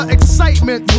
Excitement